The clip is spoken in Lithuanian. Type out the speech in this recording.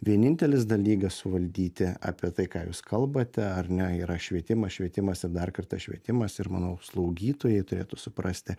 vienintelis dalykas suvaldyti apie tai ką jūs kalbate ar ne yra švietimas švietimas ir dar kartą švietimas ir manau slaugytojai turėtų suprasti